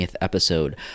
episode